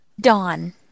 dawn